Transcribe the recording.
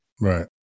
Right